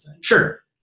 Sure